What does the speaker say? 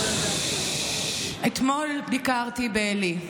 אתמול ביקרתי בעלי,